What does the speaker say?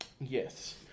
Yes